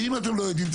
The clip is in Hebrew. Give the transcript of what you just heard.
ואם אתם לא יודעים,